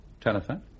Telephone